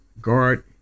guard